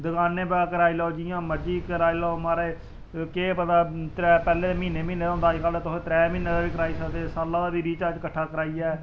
दकानै उप्पर कराई लेऔ जां जियां मर्जी कराई लेऔ महाराज केह् पता त्रै पैह्लें म्हीने म्हीने दा होंदा हा अज्जकल तुस त्रै म्हीने दा बी कराई सकदे साला दा बा रिचार्ज कट्ठा कराइयै